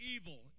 evil